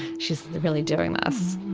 she is really doing this.